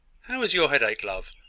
how is your headache, love?